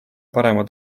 parema